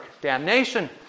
damnation